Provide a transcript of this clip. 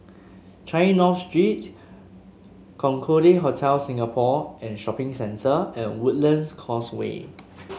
Changi North Street Concorde Hotel Singapore and Shopping Centre and Woodlands Causeway